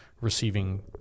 receiving